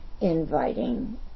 inviting